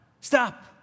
Stop